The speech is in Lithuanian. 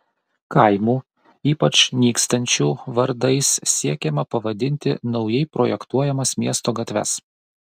kaimų ypač nykstančių vardais siekiama pavadinti naujai projektuojamas miesto gatves